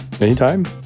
Anytime